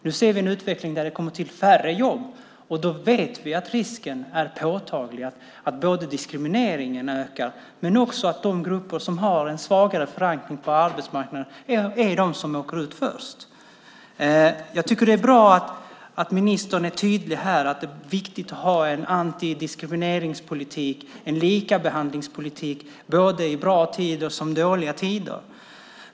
Nu ser vi en utveckling där färre jobb kommer till. Vi vet att det då finns en påtaglig risk både att diskrimineringen ökar och att de grupper som har en svagare förankring på arbetsmarknaden är de som först åker ut. Det är bra att ministern här är tydlig om att det är viktigt att ha en antidiskrimineringspolitik, en likabehandlingspolitik, i både bra och dåliga tider.